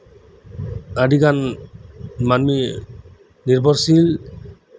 ᱟᱹᱰᱤ ᱜᱟᱱ ᱢᱟᱹᱱᱢᱤ ᱱᱤᱨᱵᱷᱚᱨᱥᱤᱞ